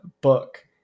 book